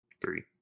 Three